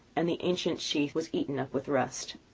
and the ancient sheath was eaten up with rust.